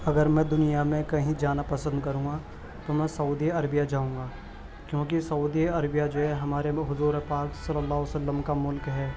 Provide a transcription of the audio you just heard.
اگر میں دنیا میں کہیں جانا پسند کروں گا تو میں سعودی عربیہ جاؤں گا کیوںکہ سعودی عربیہ جو ہے ہمارے حضور پاک صلی اللہ علیہ و سلم کا ملک ہے